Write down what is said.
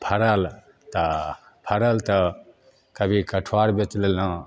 फड़ल तऽ फड़ल तऽ कभी कटहर बेच लेलहुँ